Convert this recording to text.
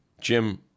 Jim